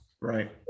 right